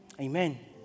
Amen